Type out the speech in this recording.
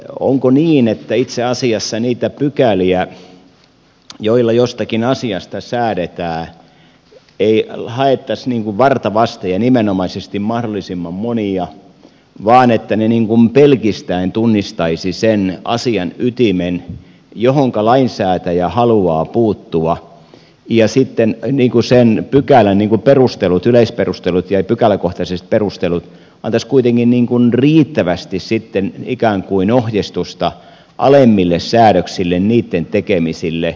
onko niin että itse asiassa niitä pykäliä joilla jostakin asiasta säädetään ei haettaisi varta vasten ja nimenomaisesti mahdollisimman monia vaan että ne pelkistäen tunnistaisivat sen asian ytimen johonka lainsäätäjä haluaa puuttua ja sitten sen pykälän perustelut yleisperustelut ja pykäläkohtaiset perustelut antaisivat kuitenkin riittävästi sitten ikään kuin ohjeistusta alemmille säädöksille niitten tekemisille